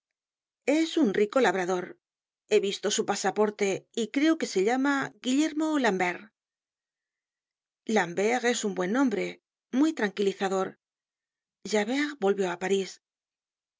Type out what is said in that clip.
es un rico labrador he visto su pasaporte y creo que se llama guillermo lambert lambert es un buen nombre muy tranquilizador javert volvió á parís